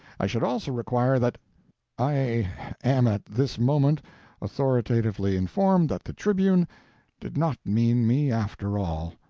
i should also require that i am at this moment authoritatively informed that the tribune did not mean me, after all.